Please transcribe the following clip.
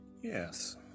Yes